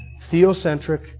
theocentric